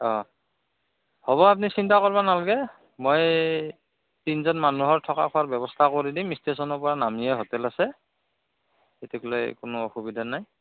অঁ হ'ব আপুনি চিন্তা কৰবা নালগে মই তিনজন মানুহৰ থকা খোৱাৰ ব্যৱস্থা কৰি দিম ষ্টেশ্যনৰ পৰা নামিয়ে হোটেল আছে সেইটোকলৈ কোনো অসুবিধা নাই